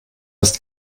ist